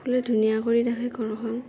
ফুলে ধুনীয়া কৰি ৰাখে ঘৰখন